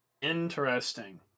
Interesting